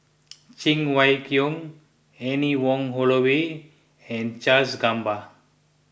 Cheng Wai Keung Anne Wong Holloway and Charles Gamba